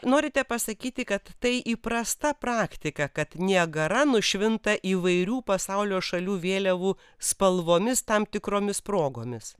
norite pasakyti kad tai įprasta praktika kad niagara nušvinta įvairių pasaulio šalių vėliavų spalvomis tam tikromis progomis